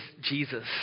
Jesus